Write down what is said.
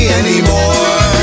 anymore